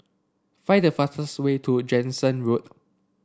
find the fastest way to Jansen Road